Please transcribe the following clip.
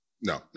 No